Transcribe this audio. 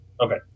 Okay